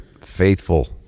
faithful